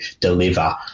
deliver